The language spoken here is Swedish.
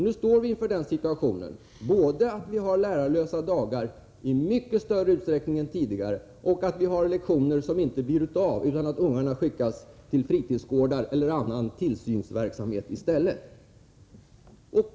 Nu står vi inför den situationen att vi har både lärarlösa dagar i mycket större utsträckning än tidigare och lektioner som inte blir av, utan där barnen skickas till fritidsgårdar eller annan tillsynsverksamhet.